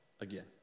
again